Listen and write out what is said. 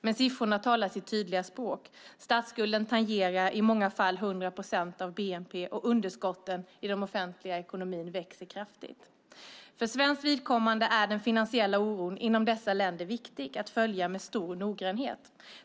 Men siffrorna talar sitt tydliga språk; statsskulden tangerar i många fall 100 procent av bnp, och underskotten i den offentliga ekonomin växer kraftigt. För svenskt vidkommande är det viktigt att med stor noggrannhet följa den finansiella oron inom dessa länder.